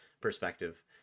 perspective